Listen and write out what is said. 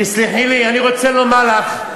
תסלחי לי, אני רוצה לומר לך.